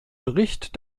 bericht